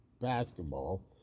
basketball